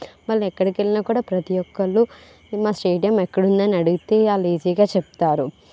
వాళ్ళు ఎక్కడికి వెళ్ళినా కూడా ప్రతి ఒక్కరు మా స్టేడియం ఎక్కడ ఉందని అడిగితే వాళ్ళు ఈజీ గా చెప్తారు